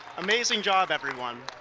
amazing job, everyone,